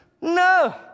No